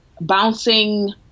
Bouncing